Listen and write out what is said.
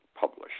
published